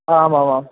आ आमाम्